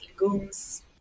legumes